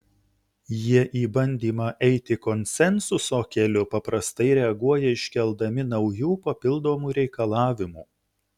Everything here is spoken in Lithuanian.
jie į bandymą eiti konsensuso keliu paprastai reaguoja iškeldami naujų papildomų reikalavimų